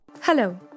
Hello